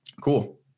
cool